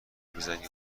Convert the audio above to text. میزنی